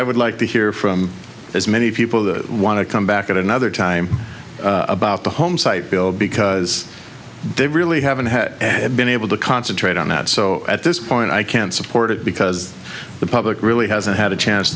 i would like to hear from as many people that want to come back at another time about the homesite bill because they really haven't been able to concentrate on that so at this point i can't support it because the public really hasn't had a chance